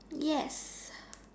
yes